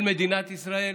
של מדינת ישראל.